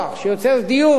שיוצרת דיון,